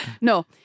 No